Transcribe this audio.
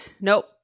Nope